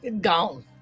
Gone